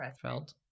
felt